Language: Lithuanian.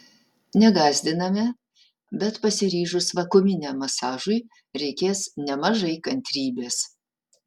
negąsdiname bet pasiryžus vakuuminiam masažui reikės nemažai kantrybės